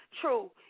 True